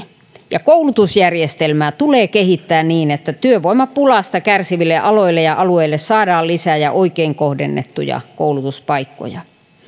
ja koulutusjärjestelmää tulee kehittää niin että työvoimapulasta kärsiville aloille ja alueille saadaan lisää ja oikein kohdennettuja koulutuspaikkoja